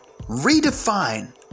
redefine